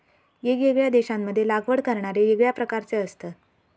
येगयेगळ्या देशांमध्ये लागवड करणारे येगळ्या प्रकारचे असतत